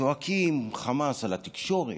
צועקים חמס על התקשורת,